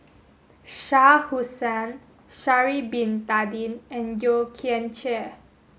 Shah Hussain Sha'ari Bin Tadin and Yeo Kian Chye